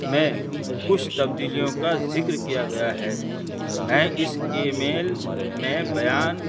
میں کچھ تبدیلیوں کا ذکر کیا گیا ہے میں اس ای میل میں بیان